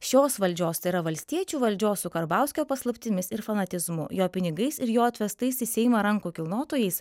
šios valdžios tai yra valstiečių valdžios su karbauskio paslaptimis ir fanatizmu jo pinigais ir jo atvestais į seimą rankų kilnotojais